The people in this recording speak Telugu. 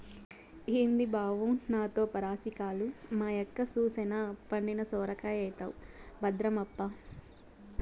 ఏంది బావో నాతో పరాసికాలు, మా యక్క సూసెనా పండిన సొరకాయైతవు భద్రమప్పా